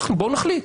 בואו נחליט,